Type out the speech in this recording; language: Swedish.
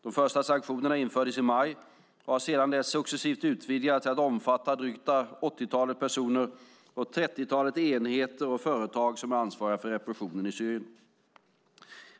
De första sanktionerna infördes i maj och har sedan dess successivt utvidgats till att omfatta dryga åttiotalet personer och trettiotalet enheter och företag som är ansvariga för repressionen i Syrien.